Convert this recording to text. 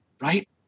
right